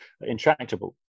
intractable